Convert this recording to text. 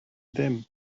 ddim